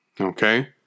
Okay